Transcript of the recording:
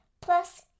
Plus